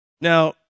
Now